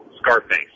Scarface